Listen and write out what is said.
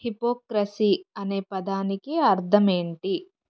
hypocrisy అనే పదానికి అర్థం ఏంటి